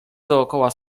dookoła